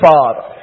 Father